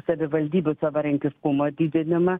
savivaldybių savarankiškumo didinimą